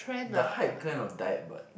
the hype kind of died but